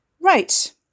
Right